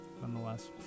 nonetheless